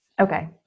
okay